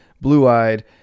blue-eyed